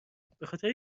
خاطر